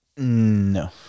no